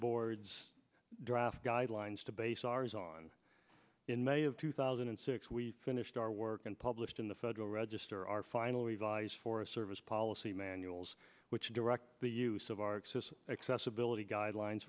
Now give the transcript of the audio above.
board's draft guidelines to base ours on in may of two thousand and six we finished our work and published in the federal register our final revise forest service policy manuals which directs the use of our excess accessibility guidelines